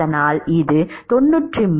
அதனால் அது 93